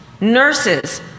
nurses